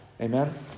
Amen